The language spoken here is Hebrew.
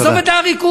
עזוב את העריקות,